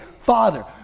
Father